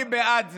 אני בעד זה.